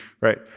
right